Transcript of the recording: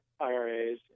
IRAs